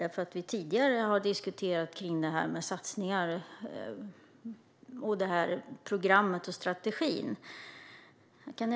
Vi har ju tidigare diskuterat om detta med satsningar och strategin.